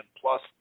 Plus